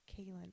Kaylin